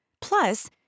Plus